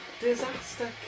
disaster